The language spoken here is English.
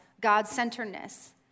God-centeredness